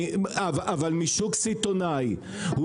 אבל משוק סיטונאי.